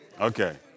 okay